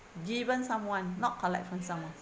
given someone not collect from someone